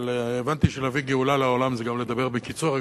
אבל הבנתי שלהביא גאולה לעולם זה גם לדבר בקיצור.